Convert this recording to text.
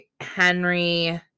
Henry